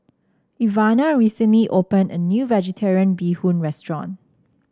Ivana recently opened a new vegetarian Bee Hoon restaurant